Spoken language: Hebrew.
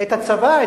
את הצבא,